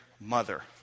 mother